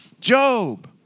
Job